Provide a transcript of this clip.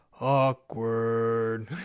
awkward